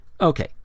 Okay